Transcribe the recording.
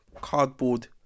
cardboard